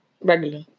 regular